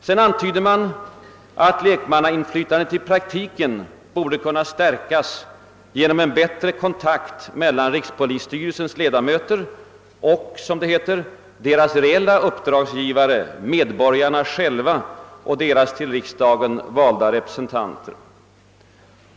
Man antyder också att lekmannainflytandet i praktiken borde kunna stär kas genom en bättre kontakt mellan rikspolisstyrelsens ledamöter och »deras reella uppdragsgivare, medborgarna själva och deras till riksdagen valda representanter».